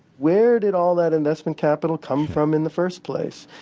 where did all that investment capital come from in the first place?